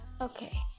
Okay